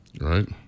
Right